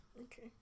Okay